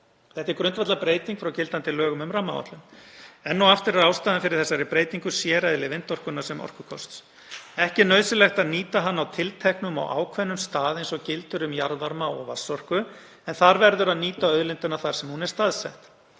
Þetta er grundvallarbreyting frá gildandi lögum um rammaáætlun. Enn og aftur er ástæðan fyrir þessari breytingu séreðli vindorkunnar sem orkukosts. Ekki er nauðsynlegt að nýta hana á tilteknum og ákveðnum stað eins og gildir um jarðvarma og vatnsorku en þar verður að nýta auðlindina þar sem hún er staðsett.